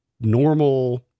normal